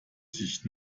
sich